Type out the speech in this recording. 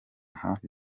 hafi